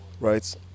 right